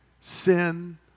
sin